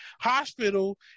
hospital